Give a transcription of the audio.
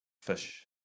fish